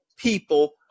people